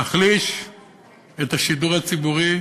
להחליש את השידור הציבורי,